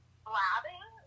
blabbing